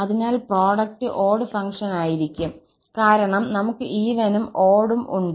അതിനാൽ product odd ഫംഗ്ഷനായിരിക്കും കാരണം നമുക്ക് ഈവനും ഓടും ഉണ്ട്